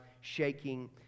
shaking